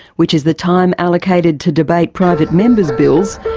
which is the time allocated to debate private members bills,